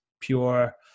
pure